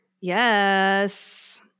Yes